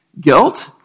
guilt